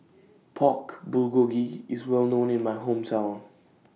Pork Bulgogi IS Well known in My Hometown